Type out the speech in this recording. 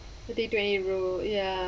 today ya